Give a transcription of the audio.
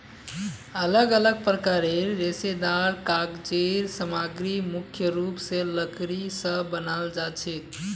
अलग अलग प्रकारेर रेशेदार कागज़ेर सामग्री मुख्य रूप स लकड़ी स बनाल जाछेक